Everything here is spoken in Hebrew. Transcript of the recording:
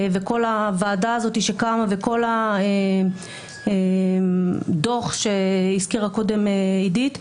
וכל הוועדה הזאת שקמה וכל הדוח שהזכירה קודם עדית,